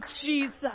Jesus